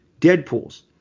deadpools